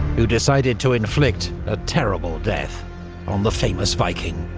who decided to inflict a terrible death on the famous viking.